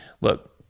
Look